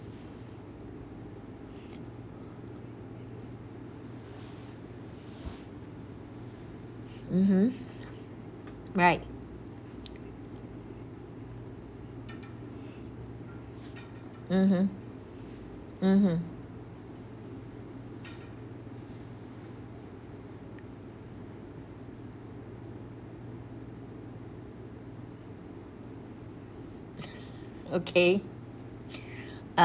mmhmm right mmhmm mmhmm okay uh